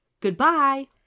Goodbye